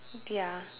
ya